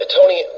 Tony